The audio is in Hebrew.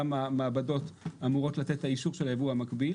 גם המעבדות אמורות לתת את האישור של הייבוא המקביל.